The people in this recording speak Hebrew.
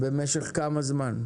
במשך כמה זמן?